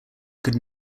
could